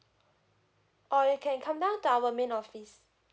or you can come down to our main office